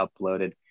uploaded